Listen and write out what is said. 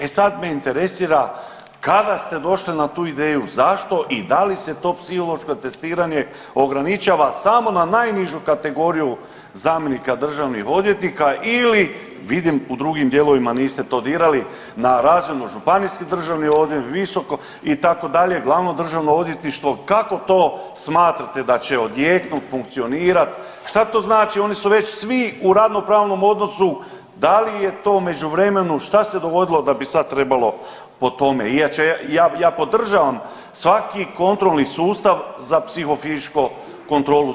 E sad me interesira kada ste došli na tu ideju, zašto i da li se to psihološko testiranje ograničava samo na najnižu kategoriju zamjenika državnih odvjetnika ili vidim u drugim dijelovima niste to dirali na razinu županijski državni odjel, visoko itd., glavno državno odvjetništvo, kako to smatrate da će odjeknut, funkcionirat, šta to znači oni su već svi u radno pravnom odnosu, da li je to u međuvremenu, šta se dogodilo da bi sad trebalo po tome, inače ja, ja podržavam svaki kontrolni sustav za psihofizičko kontrolu zdravlja.